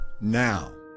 now